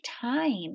time